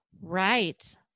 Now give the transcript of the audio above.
right